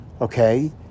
okay